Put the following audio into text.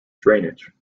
drainage